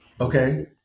okay